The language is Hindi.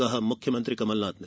कहा मुख्यमंत्री कमलनाथ ने